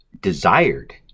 desired